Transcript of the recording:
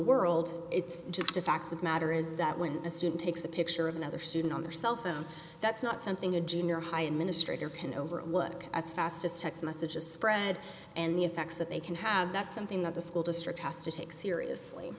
world it's just a fact of matter is that when a student takes a picture of another student on their cellphone that's not something a junior high in ministry here can over look at the fastest text messages spread and the effects that they can have that something that the school district has to take seriously